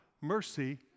Mercy